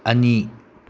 ꯑꯅꯤ